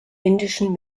indischen